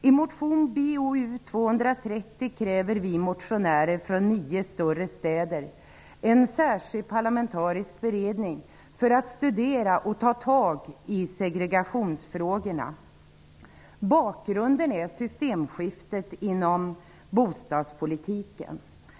I motion Bo230 kräver vi motionärer från nio större städer att en särskild parlamentarisk beredning tillsätts för att studera och ta tag i segregationsfrågorna. Bakgrunden är systemskiftet inom bostadspolitiken.